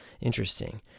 interesting